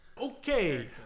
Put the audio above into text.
Okay